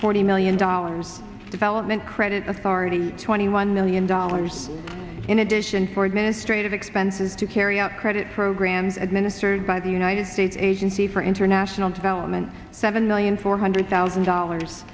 forty million dollars development credit authority twenty one million dollars in addition forgiveness trade expenses to carry out credit programs administered by the united states agency for international development seven million four hundred thousand when dollars